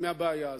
מהבעיה הזאת.